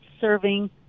serving